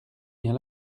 bien